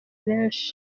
benshi